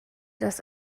das